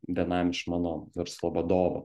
vienam iš mano verslo vadovų